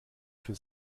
für